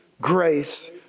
grace